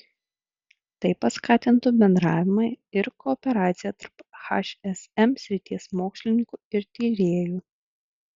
tai paskatintų bendravimą ir kooperaciją tarp hsm srities mokslininkų ir tyrėjų